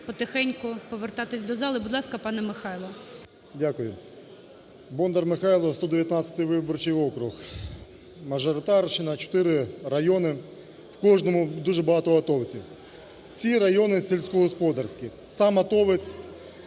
потихеньку повертатися до зали. Будь ласка, пане Михайло. 13:12:53 БОНДАР М.Л. Дякую. Бондар Михайло, 119 виборчий округ, мажоритарщина, чотири райони, в кожному дуже багато атовців. Всі райони сільськогосподарські. Сам атовець,